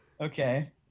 Okay